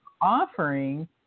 offering